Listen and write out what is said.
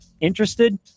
Interested